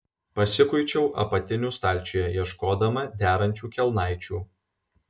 pasikuičiau apatinių stalčiuje ieškodama derančių kelnaičių